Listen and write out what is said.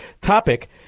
topic